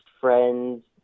friends